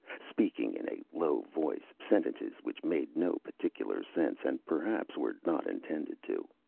speaking in a low voice, sentences which made no particular sense and perhaps were not intended to.